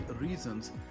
reasons